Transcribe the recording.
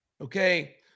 okay